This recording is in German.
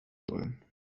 soll